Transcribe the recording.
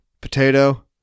potato